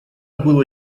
было